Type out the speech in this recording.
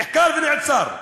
נחקר ונעצר.